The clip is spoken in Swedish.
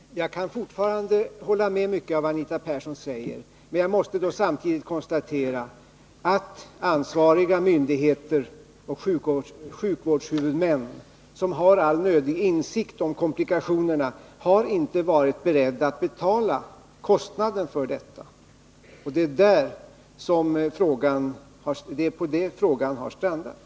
Herr talman! Jag kan fortfarande hålla med om mycket av vad Anita Persson säger, men måste samtidigt konstatera att ansvariga myndigheter och sjukvårdshuvudmän som har all nödig insikt om komplikationerna inte har varit beredda att betala kostnaden. Det är på detta som frågan har strandat. att trygga sysselsättningen vid Kalixverken